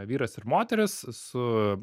vyras ir moteris su